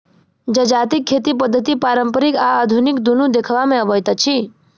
जजातिक खेती पद्धति पारंपरिक आ आधुनिक दुनू देखबा मे अबैत अछि